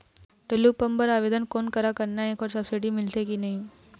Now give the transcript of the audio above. Tullu pump बर आवेदन कोन करा करना ये ओकर सब्सिडी मिलथे की नई?